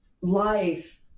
life